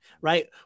right